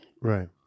Right